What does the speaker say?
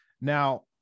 Now